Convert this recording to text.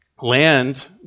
land